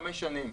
חמש שנים.